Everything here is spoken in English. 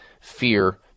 fear